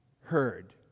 heard